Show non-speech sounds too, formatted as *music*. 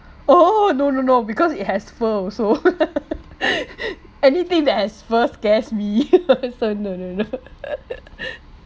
oh no no no because it has fur also *laughs* anything that has fur scares me so no no no